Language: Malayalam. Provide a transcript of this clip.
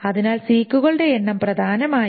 അതിനാൽ സീക്കുകളുടെ എണ്ണം പ്രധാനമായും